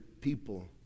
people